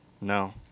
No